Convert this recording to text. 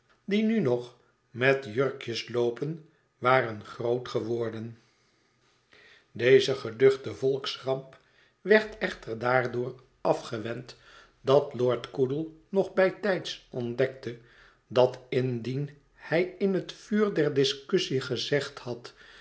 die nu nog met jurkjes loopen waren groot geworden deze geduchte volksramp werd echter daardoor afgewend dat lord coodle nog bijtijds ontdekte dat indien hij in het vuur der discussie gezegd had